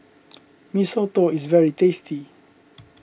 Mee Soto is very tasty